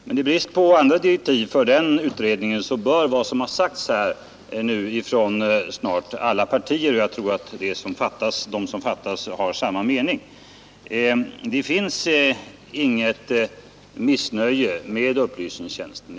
Och i brist på andra direktiv för den gruppen bör vad som sagts här från nära nog alla partier — jag tror att de som fattas har samma mening — visat att det inte finns något missnöje med upplysningstjänsten.